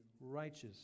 righteous